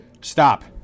Stop